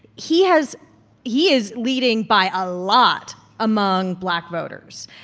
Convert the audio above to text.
he has he is leading by a lot among black voters.